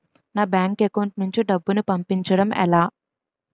నా bank account నుంచి డబ్బును పంపించడం ఎలా?